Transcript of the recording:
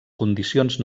condicions